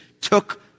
took